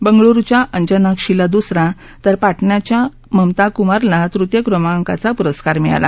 बंगळुरुच्या अंजनाक्षीला दुसरा तर पाटण्याच्या ममता कुमारला तृतीय क्रमांकाचा पुरस्कार मिळाला